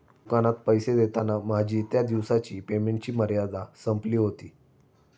दुकानात पैसे देताना माझी त्या दिवसाची पेमेंटची मर्यादा संपली होती